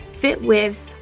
fitwith